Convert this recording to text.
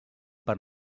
per